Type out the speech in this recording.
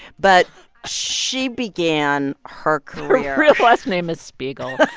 but she began her career. her real last name is spiegel and